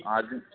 आज